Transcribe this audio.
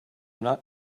not